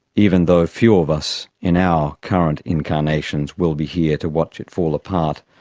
even though few of us in our current incarnations will be here to watch it fall apart.